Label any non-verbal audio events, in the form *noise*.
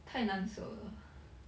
太难受了 *breath*